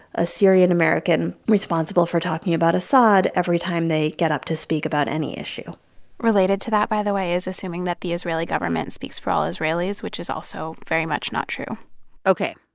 a syrian-american responsible for talking about assad every time they get up to speak about any issue related to that, by the way, is assuming that the israeli government speaks for all israelis, which is also very much not true ok.